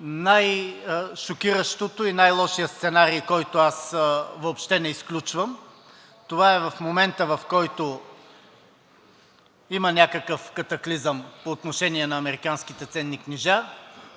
Най-шокиращото и най-лошият сценарий, който аз въобще не изключвам, е в момента, в който има някакъв катаклизъм по отношение на американските ценни книжа,